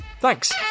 Thanks